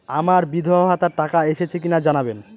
আমার বিধবাভাতার টাকা এসেছে কিনা জানাবেন?